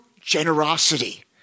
generosity